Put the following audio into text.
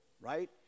Right